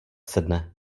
sedne